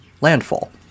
landfall